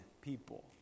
people